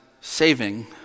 saving